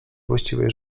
właściwej